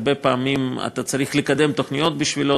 הרבה פעמים אתה צריך לקדם תוכניות בשבילו,